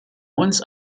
uns